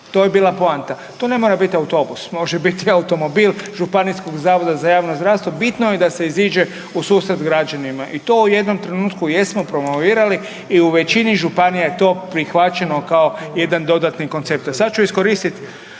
To je bila poanta. To ne mora biti autobus, može biti automobil županijskog zavoda za javno zdravstvo, bitno je da se iziđe u susret građanima. I to u jednom trenutku jesmo promovirali i u većini županija je to prihvaćeno kao jedan dodatni koncept. A sad ću iskoristit